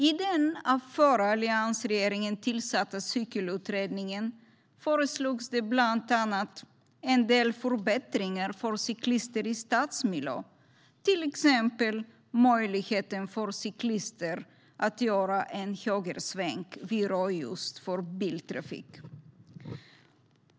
I den av förra alliansregeringen tillsatta Cykelutredningen föreslogs det bland annat en del förbättringar för cyklister i stadsmiljö, till exempel möjligheten för cyklister att göra en högersväng vid rödljus för biltrafik.